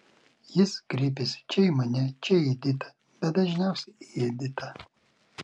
jis kreipiasi čia į mane čia į editą bet dažniausiai į editą